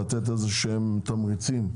לתת איזה שהם תמריצים.